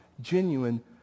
genuine